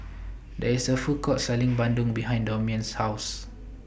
There IS A Food Court Selling Bandung behind Damion's House